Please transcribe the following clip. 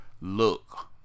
look